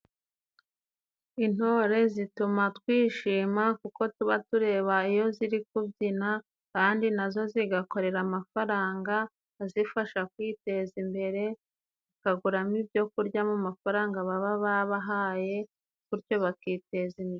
Intore zituma twishima kuko tuba tureba iyo ziri kubyina, kandi nazo zigakorera amafaranga azifasha kwiteza imbere, bakaguramo ibyo kurya mu mafaranga baba babahaye bityo bakiteza imbere.